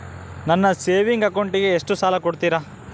ನನ್ನ ಸೇವಿಂಗ್ ಅಕೌಂಟಿಗೆ ಎಷ್ಟು ಸಾಲ ಕೊಡ್ತಾರ?